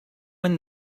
and